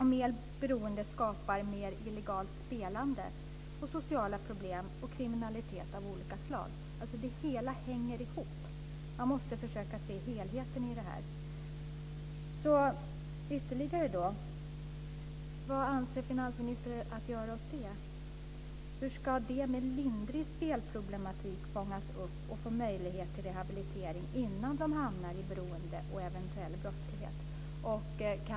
Mer beroende skapar mer illegalt spelande, sociala problem och kriminalitet av olika slag. Det hela hänger ihop.